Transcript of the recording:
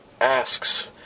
asks